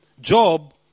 Job